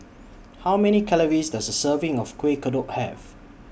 How Many Calories Does A Serving of Kueh Kodok Have